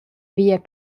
via